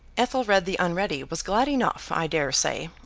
ethelred the unready was glad enough, i dare say,